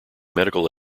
medical